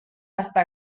hasta